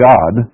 God